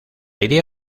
idea